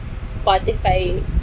Spotify